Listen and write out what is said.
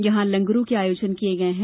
यहां लंगरों के आयोजन किये गये हैं